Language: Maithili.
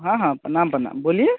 हँ हँ प्रणाम प्रणाम बोलिए